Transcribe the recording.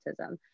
autism